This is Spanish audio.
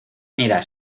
mira